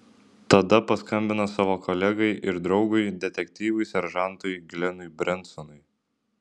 tada paskambino savo kolegai ir draugui detektyvui seržantui glenui brensonui